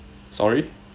sorry